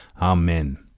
Amen